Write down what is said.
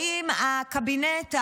האם הקבינט,